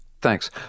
Thanks